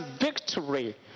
victory